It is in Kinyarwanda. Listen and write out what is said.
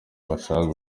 bashakaga